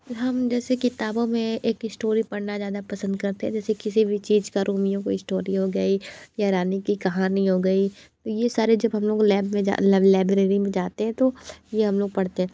हम जैसे किताबों में एक इस्टोरी पढ़ना ज़्यादा पसंद करते हैं जैसे किसी भी चीज का रोमियों को इस्टोरी हो गई या रानी की कहानी हो गई ये सारे जब हम लोगों को लैब में जा लैबरेरी में जाते हैं तो ये हम लोग पढ़ते हैं